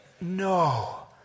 No